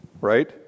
right